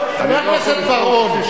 מה אתה עושה גם ככה?